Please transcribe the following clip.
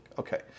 Okay